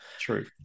True